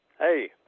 Hey